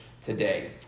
today